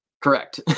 Correct